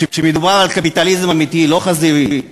כשמדובר על קפיטליזם אמיתי, לא חזירי.